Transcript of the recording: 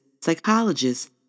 psychologists